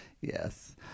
Yes